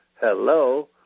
Hello